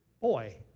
boy